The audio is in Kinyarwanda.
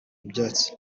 ibyatsi